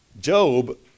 Job